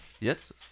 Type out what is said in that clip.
Yes